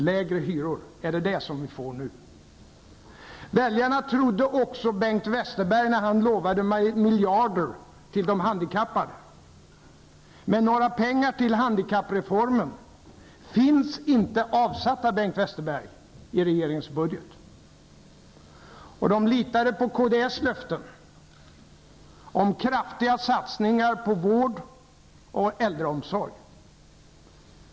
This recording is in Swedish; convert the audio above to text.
Lägre hyror, är det vad vi nu får? Väljarna trodde också Bengt Westerberg när han lovade miljarder till de handikappade. Men några pengar till handikappreformen finns inte avsatta, Och de litade på kds löften om kraftiga satsningar på vård och äldreomsorg.